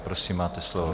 Prosím, máte slovo.